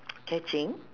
catching